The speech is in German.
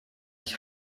ich